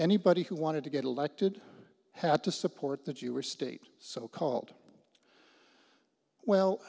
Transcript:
anybody who wanted to get elected had to support that you were state so called well